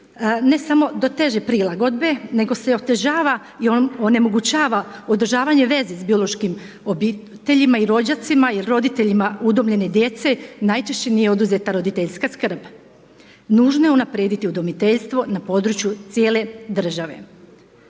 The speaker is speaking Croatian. ne samo do teže prilagodbe, nego se otežava i onemogućava održavanje veze s biološkim obiteljima i rođacima jer roditeljima udomljene djece najčešće nije oduzeta roditeljska skrb. Nužno je unaprijediti udomiteljstvo na području cijele države.